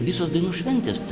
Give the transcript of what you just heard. visos dainų šventės t